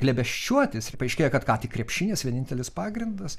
glėbesčiuotis ir paaiškėja kad ką tik krepšinis vienintelis pagrindas